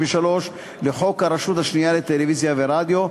33 לחוק הרשות השנייה לטלוויזיה ורדיו,